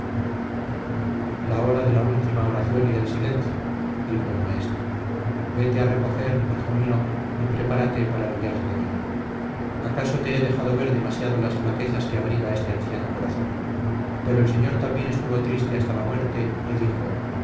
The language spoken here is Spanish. la hora de la última oración y del silencio dijo el maestre vete a recoger hijo mío y prepárate para el viaje de mañana acaso te he dejado ver demasiado las flaquezas que abriga este anciano corazón pero el señor también estuvo triste hasta la muerte y dijo